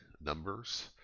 numbers